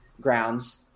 grounds